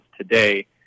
today